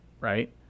right